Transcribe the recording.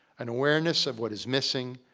an awareness of what is missing,